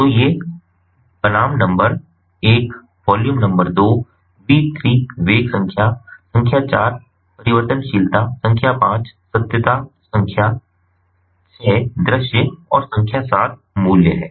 तो ये बनाम नंबर 1 वॉल्यूम नंबर 2 वी 3 वेग संख्या संख्या 4 परिवर्तनशीलता संख्या 5 सत्यता संख्या 6 दृश्य और संख्या 7 मूल्य है